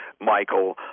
Michael